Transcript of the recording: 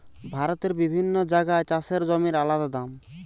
ভারতের বিভিন্ন জাগায় চাষের জমির আলদা দাম